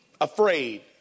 afraid